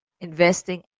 investing